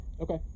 okay